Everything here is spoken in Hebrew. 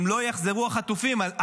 אם לא יחזרו החטופים.